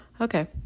okay